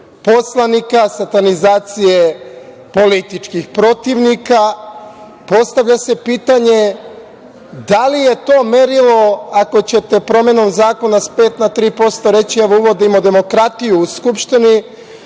poslanika, satanizacije političkih protivnika? Postavlja se pitanje - da li je to merilo, ako ćete promenom zakona sa 5% na 3% reći – evo uvodimo demokratiju u Skupštini,